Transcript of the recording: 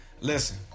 Listen